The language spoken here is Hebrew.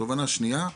התובנה השנייה: